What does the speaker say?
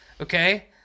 okay